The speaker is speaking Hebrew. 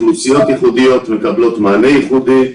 אוכלוסיות ייחודיות מקבלות מענה ייחודי.